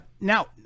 now